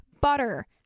butter